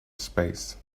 space